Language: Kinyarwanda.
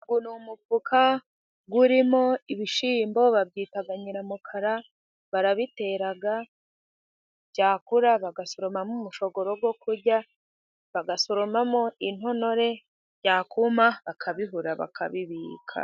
Uyu ni umufuka urimo ibishyimbo babyita nyiramukara, barabitera, byakura bagasoromamo umushogorogo wo kurya, bagasoromamo intononore byakuma bakabihura bakabibika.